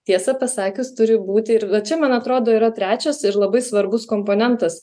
tiesą pasakius turi būti ir vat čia man atrodo yra trečias ir labai svarbus komponentas